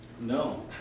No